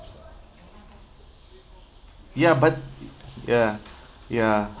ya but ya ya